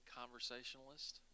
conversationalist